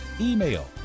email